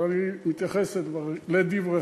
אבל אני אתייחס לדבריכם.